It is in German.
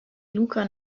luca